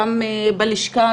גם בלשכה,